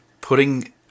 putting